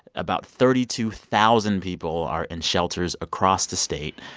about thirty two thousand people are in shelters across the state.